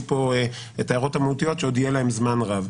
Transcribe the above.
פה את ההערות המהותיות שעוד יהיה להן זמן רב.